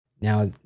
now